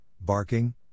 barking